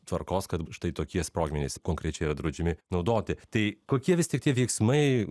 tvarkos kad štai tokie sprogmenys konkrečiai yra draudžiami naudoti tai kokie vis tik tie veiksmai